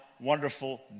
wonderful